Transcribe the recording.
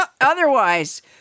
Otherwise